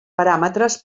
paràmetres